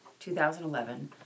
2011